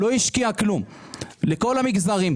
לא השקיעה כלום לכל המגזרים,